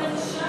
זאת בושה?